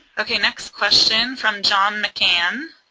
okay next question from john mccan,